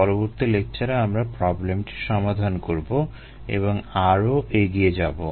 পরবর্তী লেকচারে আমরা প্রবলেমটি সমাধান করবো এবং আরো এগিয়ে যাবো